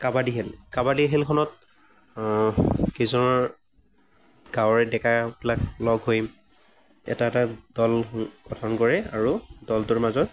কাবাডী খেল কাবাডীখেলখনত কেইজনমান গাঁৱৰে ডেকাবিলাক লগ হৈ এটা এটা দল গঠন কৰে আৰু দলটোৰ মাজত